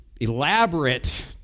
elaborate